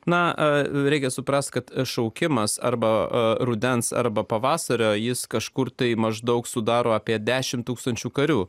na reikia suprasti kad šaukimas arba rudens arba pavasario jis kažkur tai maždaug sudaro apie dešimt tūkstančių karių